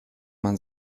man